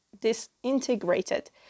disintegrated